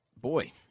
Boy